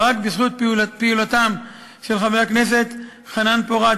רק בזכות פעילותם של חבר הכנסת חנן פורת,